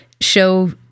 show